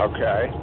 Okay